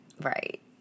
Right